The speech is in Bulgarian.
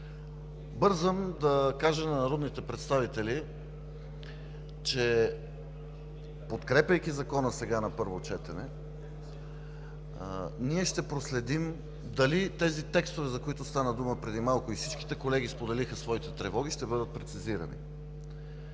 Бързам да кажа на народните представители, че, подкрепяйки Закона сега, на първо четене, ние ще проследим дали тези текстове, за които стана дума преди малко и всички колеги споделиха своите тревоги, ще бъдат прецизирани.